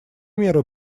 меры